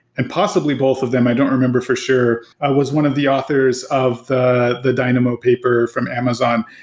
and possibly both of them, i don't remember for sure. i was one of the authors of the the dynamo paper from amazon.